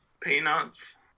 Peanuts